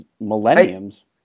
millenniums